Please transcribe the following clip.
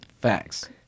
Facts